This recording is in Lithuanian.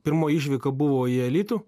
pirmoji išvyka buvo į alytų